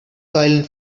silent